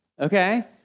Okay